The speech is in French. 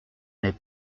n’est